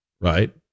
right